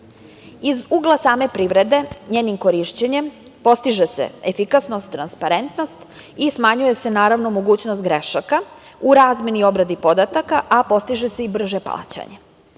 ugla same privrede njenim korišćenjem postiže se efikasnost, transparentnost i smanjuje se naravno mogućnost grešaka u razmeni i obradi podataka, a postiže se i brže plaćanje.